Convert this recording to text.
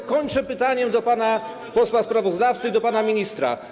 Dlatego kończę pytaniem do pana posła sprawozdawcy i do pana ministra.